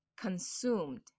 consumed